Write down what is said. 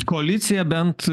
koalicija bent